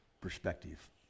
perspective